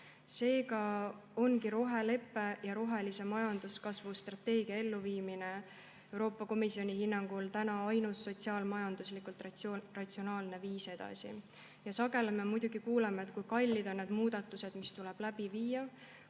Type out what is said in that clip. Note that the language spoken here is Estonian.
Seega ongi roheleppe ja rohelise majanduskasvu strateegia elluviimine Euroopa Komisjoni hinnangul praegu ainus sotsiaal-majanduslikult ratsionaalne viis edasi minna. Sageli me muidugi kuuleme, kui kallid on need muudatused, mis tuleb teha.